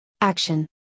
action